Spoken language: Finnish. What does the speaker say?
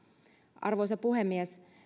arvoisa puhemies